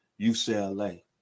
ucla